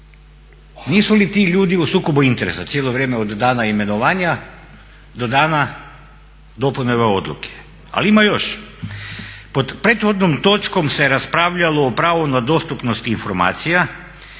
nisu li ti ljudi u sukobu interesa cijelo vrijeme od dana imenovanja do dana dopune ove odluke. Ali ima još. Pod prethodnom točkom se raspravljalo o pravu na dostupnost informacija